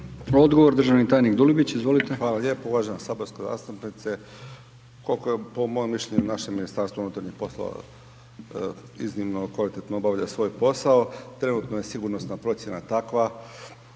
Odgovor državni tajnik Dulibić, izvolite. **Dulibić, Tomislav (HDZ)** Hvala lijepa. Uvažena saborska zastupnice, koliko je po mom mišljenju naše Ministarstvo unutarnjih poslova, iznimno kvalitetno obavlja svoj posao, trenutno je sigurnosna procjena takva